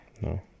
No